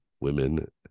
women